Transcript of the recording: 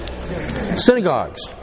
synagogues